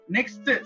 Next